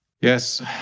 Yes